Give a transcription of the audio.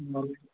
ఇంక